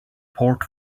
port